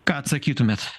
ką atsakytumėt